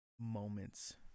moments